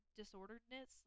disorderedness